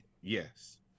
Yes